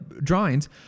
drawings